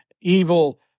evil